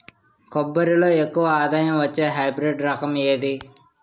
కొబ్బరి లో ఎక్కువ ఆదాయం వచ్చే హైబ్రిడ్ రకం ఏది?